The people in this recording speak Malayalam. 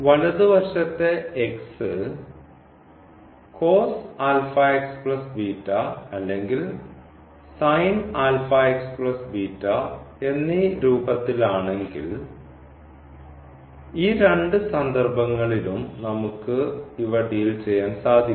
വലതുവശത്തെ X അല്ലെങ്കിൽ എന്നീ രൂപത്തിലാണെങ്കിൽ ഈ രണ്ട് സന്ദർഭങ്ങളിലും നമുക്ക് ഇവ ഡീൽ ചെയ്യാൻ സാധിക്കും